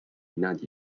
not